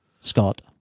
Scott